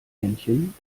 männchen